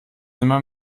nimmer